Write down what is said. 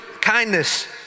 kindness